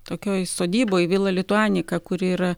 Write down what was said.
tokioj sodyboj vila lituanika kuri yra